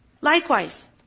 Likewise